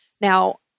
Now